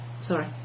Sorry